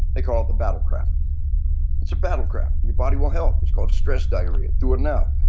they call it the battle crap. it's a battle crap, your body will help. it's called stress diarrhea. do it now.